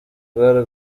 rwari